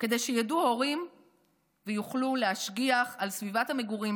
כדי שידעו הורים ויוכלו להשגיח על סביבת המגורים